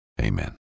Amen